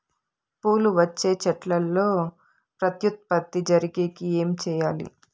పూలు వచ్చే చెట్లల్లో ప్రత్యుత్పత్తి జరిగేకి ఏమి చేయాలి?